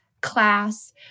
class